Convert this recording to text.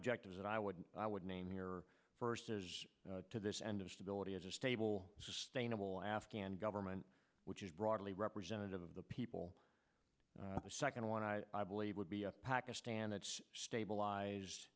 objectives that i would i would name your first to this end of stability as a stable sustainable afghan government which is broadly representative of the people the second one i believe would be a pakistan and stabilize